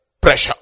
pressure